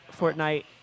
Fortnite